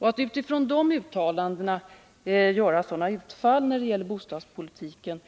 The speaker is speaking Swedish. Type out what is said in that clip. Hur Christer Nilsson utifrån de här uttalandena kan göra sådana utfall när det gäller bostadspolitiken